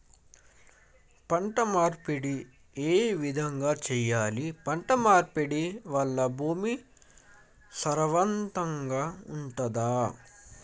పంట మార్పిడి ఏ విధంగా చెయ్యాలి? పంట మార్పిడి వల్ల భూమి సారవంతంగా ఉంటదా?